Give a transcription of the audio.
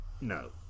No